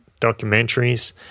documentaries